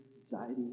anxiety